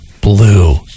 Blue